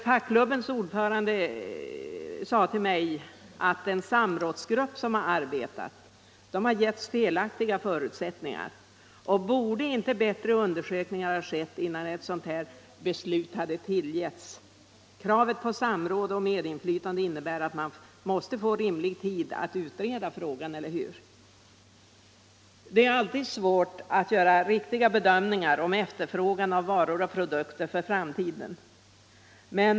Fackklubbens ordförande sade till mig att den samrådsgrupp som har arbetat har getts felaktiga förutsättningar. Borde inte bättre undersökningar ha gjorts före ett sådant här beslut? Kravet på samråd och medinflytande innebär att man måste få rimlig tid att utreda frågan, eller hur? Det är alltid svårt att göra riktiga bedömningar av efterfrågan på varor och produkter för framtiden.